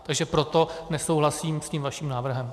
Takže proto nesouhlasím s vaším návrhem.